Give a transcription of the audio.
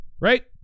right